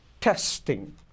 testing